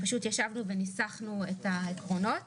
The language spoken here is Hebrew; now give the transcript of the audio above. פשוט ישבנו וניסחנו את העקרונות